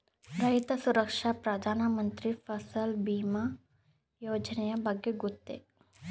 ರೈತ ಸುರಕ್ಷಾ ಪ್ರಧಾನ ಮಂತ್ರಿ ಫಸಲ್ ಭೀಮ ಯೋಜನೆಯ ಬಗ್ಗೆ ಗೊತ್ತೇ?